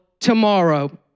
tomorrow